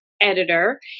editor